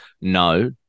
no